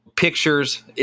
Pictures